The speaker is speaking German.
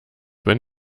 wenn